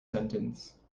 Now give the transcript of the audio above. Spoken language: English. sentence